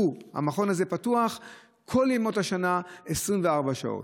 הוא, המכון הזה, פתוח כל ימות השנה 24 שעות.